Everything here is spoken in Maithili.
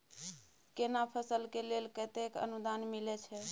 केना फसल के लेल केतेक अनुदान मिलै छै?